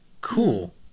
cool